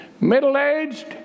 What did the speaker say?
Middle-aged